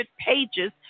pages